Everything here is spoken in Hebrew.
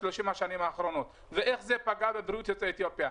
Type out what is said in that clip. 30 שנים האחרונות ואיך זה פגע בבריאות יוצאי אתיופיה.